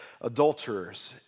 adulterers